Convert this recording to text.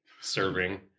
serving